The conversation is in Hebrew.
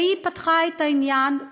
והיא פתחה את העניין.